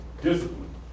Discipline